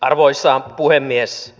arvoisa puhemies